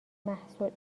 محصول